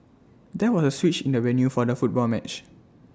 there was A switch in the venue for the football match